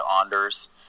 Anders